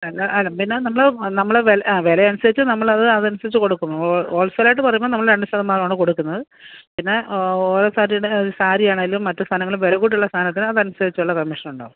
ആ പിന്നെ നമ്മൾ നമ്മൾ വെൽ ആ വില അനുസരിച്ച് നമ്മൾ അത് അതനുസരിച്ച് കൊടുക്കുന്നു ഹോ ഹോൾസെയിൽ ആയിട്ട് പറയുമ്പോൾ നമ്മൾ രണ്ട് ശതമാനമാണ് കൊടുക്കുന്നത് പിന്നെ ഓയിൽ സാരിയുടെ സാരി ആണെങ്കിലും മറ്റ് സാധനങ്ങൾ വില കൂടിയുള്ള സാധനത്തിന് അതനുസരിച്ചുള്ള കമ്മീഷൻ ഉണ്ടാകും